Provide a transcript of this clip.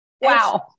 Wow